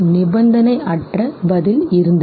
நிபந்தனையற்ற பதில் இருந்தது